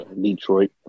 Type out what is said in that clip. Detroit